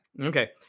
okay